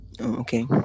Okay